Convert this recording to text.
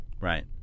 Right